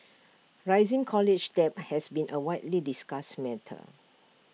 rising college debt has been A widely discussed matter